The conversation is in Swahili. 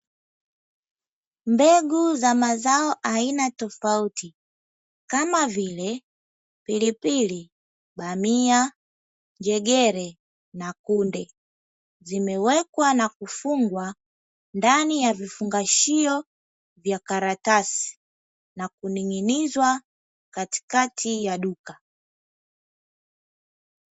Mbegu za mazao aina tofauti kama vile: pilipili, bamia, njegere na kunde, zimewekwa na kufungwa ndani ya vifungashio vya karatasi na kuning'inizwa katikati ya duka.